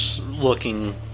looking